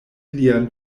lian